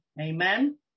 Amen